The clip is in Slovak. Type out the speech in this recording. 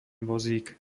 vozík